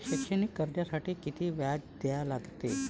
शैक्षणिक कर्जासाठी किती व्याज द्या लागते?